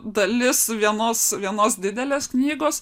dalis vienos vienos didelės knygos